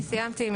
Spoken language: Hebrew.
אני סיימתי.